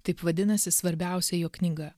taip vadinasi svarbiausia jo knyga